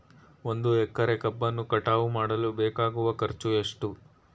ಒಂದು ಎಕರೆ ಕಬ್ಬನ್ನು ಕಟಾವು ಮಾಡಲು ಬೇಕಾಗುವ ಖರ್ಚು ಎಷ್ಟು?